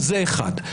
זה אחד.